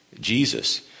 Jesus